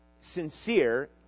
sincere